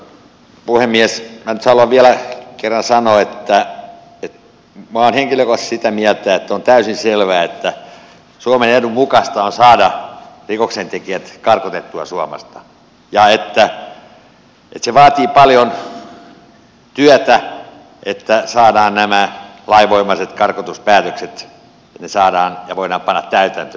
minä nyt haluan vielä kerran sanoa että minä olen henkilökohtaisesti sitä mieltä että on täysin selvää että suomen edun mukaista on saada rikoksentekijät karkotettua suomesta ja että se vaatii paljon työtä että nämä lainvoimaiset karkotuspäätökset saadaan ja voidaan panna täytäntöön